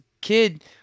kid